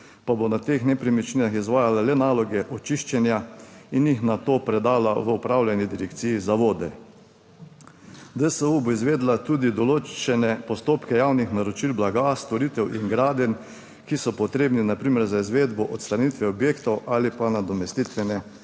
pa bo na teh nepremičninah izvajala le naloge očiščenja in jih nato predala v upravljanje direkciji za vode. DSU bo izvedla tudi določene postopke javnih naročil blaga, storitev in gradenj, ki so potrebni na primer za izvedbo odstranitve objektov ali pa nadomestitvene